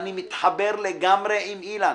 אני מתחבר לגמרי עם אילן.